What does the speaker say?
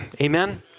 amen